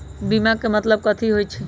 बीमा के मतलब कथी होई छई?